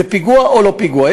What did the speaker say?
זה פיגוע או לא פיגוע.